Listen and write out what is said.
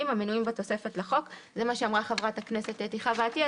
המנויים בתוספת לחוק"." זה מה שאמרה חברת הכנסת אתי חוה עטייה